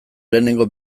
lehenengo